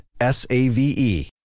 S-A-V-E